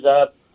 up